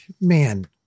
man